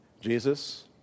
Jesus